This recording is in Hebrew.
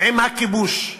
עם הכיבוש.